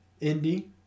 Indy